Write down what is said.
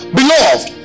Beloved